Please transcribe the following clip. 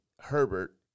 Herbert